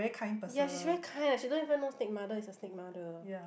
ya she's very kind eh she don't even know snake mother is a snake mother